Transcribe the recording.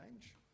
change